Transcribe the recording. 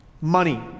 Money